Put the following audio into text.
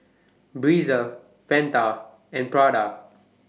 Breezer Fanta and Prada